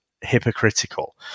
hypocritical